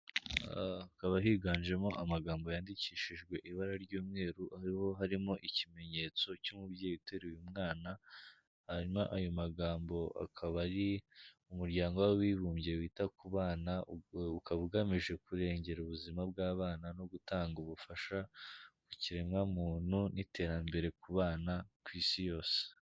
Hakaba higanjemo amagambo yandikishijwe ibara ry'umweru, ariho harimo ikimenyetso cy'umubyeyi uteruye umwana, hanyuma ayo magambo akaba ari Umuryango w'Abibumbye wita ku bana, ubwo ukaba ugamije kurengera ubuzima bw'abana, no gutanga ubufasha ku kiremwa muntu n'iterambere ku bana ku isi yose.